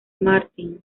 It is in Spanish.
martin